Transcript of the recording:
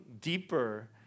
deeper